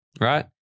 Right